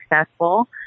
successful